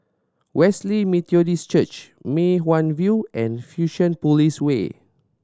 Wesley Methodist Church Mei Hwan View and Fusionopolis Way